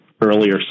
earlier